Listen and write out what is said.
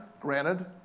granted